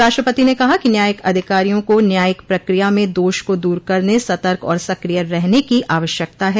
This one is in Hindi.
राष्ट्रपति ने कहा कि न्यायिक अधिकारियों को न्यायिक प्रक्रिया में दोष को दूर करने सतर्क और सक्रिय रहने की आवश्यकता है